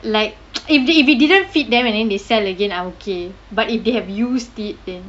like if it if it didn't fit them and then they sell again it I'm okay but if they have used it then